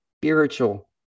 spiritual